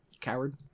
Coward